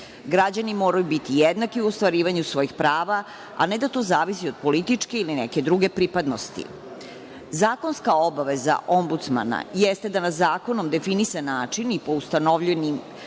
Građani moraju biti jednaki u ostvarivanju svojih prava, a ne da to zavisi od političke ili neke druge pripadnosti. Zakonska obaveza ombudsmana jeste da na zakonom definisan način i po ustanovljenim